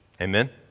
amen